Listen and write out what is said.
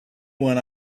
when